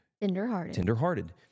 tender-hearted